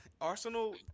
Arsenal